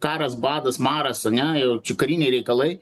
karas badas maras ane jau čia kariniai reikalai